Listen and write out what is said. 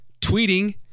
tweeting